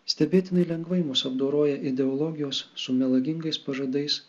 stebėtinai lengvai mus apdoroja ideologijos su melagingais pažadais